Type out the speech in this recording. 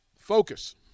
Focus